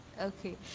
Okay